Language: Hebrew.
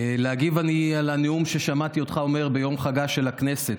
כדי להגיב על הנאום ששמעתי אותך נושא ביום חגה של הכנסת.